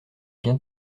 bien